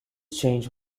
change